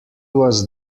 was